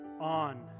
on